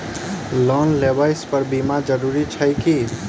Loan लेबऽ पर बीमा जरूरी छैक की?